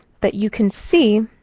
but you can see